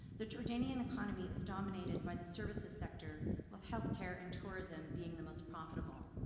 the jordanian economy is dominated by the services sector with healthcare and tourism being the most profitable.